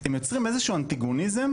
הם יוצרים איזשהו אנטגוניזם,